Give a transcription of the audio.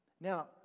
now